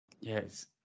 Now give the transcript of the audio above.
Yes